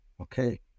Okay